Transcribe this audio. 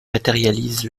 matérialise